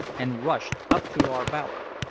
and rushed up to our bower.